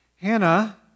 Hannah